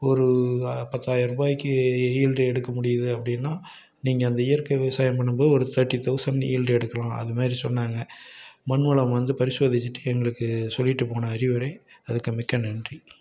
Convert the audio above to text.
ஒரு பத்தாயிரம் ரூபாய்க்கு ஈடு எடுக்க முடியுது அப்படின்னா நீங்கள் அந்த இயற்கை விவசாயம் பண்ணும்போது நீங்கள் ஒரு தர்ட்டி தவுசண் ஈடு எடுக்கலாம் அதுமாதிரி சொன்னாங்க மண் வளம் வந்து பரிசோதிச்சுட்டு எங்களுக்கு சொல்லிவிட்டு போன அறிவுரை அதுக்கு மிக்க நன்றி